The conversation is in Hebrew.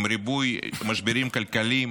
עם ריבוי משברים כלכליים,